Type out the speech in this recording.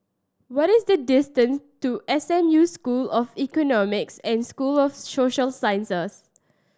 what is the distance to S M U School of Economics and School of Social Sciences